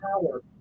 power